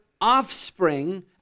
offspring